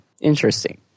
Interesting